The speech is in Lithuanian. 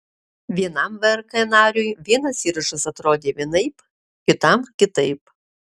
vienam vrk nariui vienas įrašas atrodė vienaip kitam kitaip